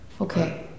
Okay